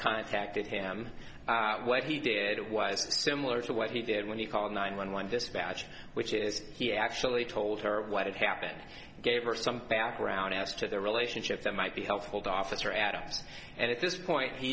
contacted him what he did was similar to what he did when he called nine one one dispatch which is he actually told her what had happened gave her some background as to the relationship that might be helpful to officer adams and at this point he